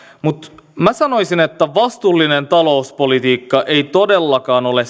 mutta minä sanoisin että vastuullinen talouspolitiikka ei todellakaan ole